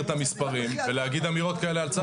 את המספרים ולהגיד אמירות כאלה על צה"ל.